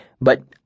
but-